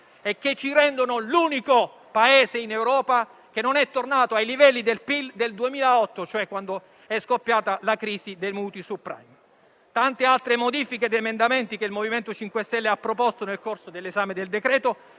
e che ci rendono l'unico Paese in Europa a non essere tornato ai livelli del PIL del 2008, e cioè quando è scoppiata la crisi dei mutui *subprime*. Tante altre modifiche ed emendamenti che il MoVimento 5 Stelle ha proposto nel corso dell'esame del decreto-legge